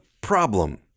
problem